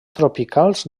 tropicals